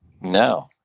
No